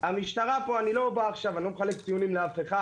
אני לא מחלק ציונים לאף אחד,